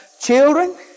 children